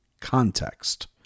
context